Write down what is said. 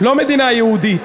לא מדינה יהודית,